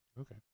Okay